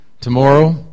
Tomorrow